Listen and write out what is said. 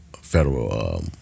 federal